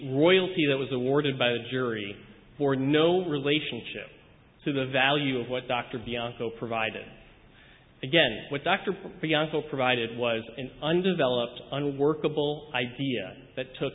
royalty that was awarded by the jury for no relationship to the value of what dr bianco provided again with dr bianco provided was an undeveloped unworkable idea that took